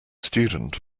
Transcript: student